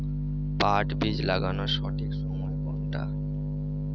পাট বীজ লাগানোর সঠিক সময় কোনটা?